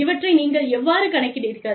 இவற்றை நீங்கள் எவ்வாறு கணக்கிடுகிறீர்கள்